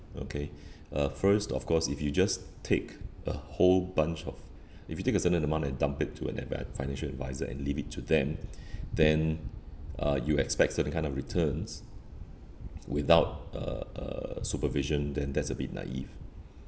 okay uh first of course if you just take a whole bunch of if you take a certain amount and dump it to an adv~ financial advisor and leave it to them then uh you expect certain kind of returns without uh uh supervision then that's a bit naive